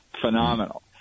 phenomenal